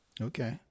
okay